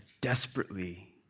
desperately